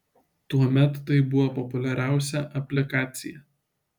tuomet tai buvo populiariausia aplikacija